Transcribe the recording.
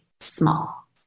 small